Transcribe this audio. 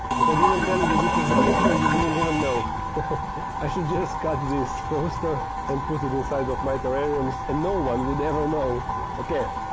if i didn't and tell you that this is the picture you wouldn't even know i should just cut this poster and put it inside of my terrariums and no one would ever know okay,